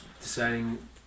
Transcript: deciding